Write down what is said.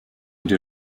dir